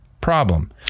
Problem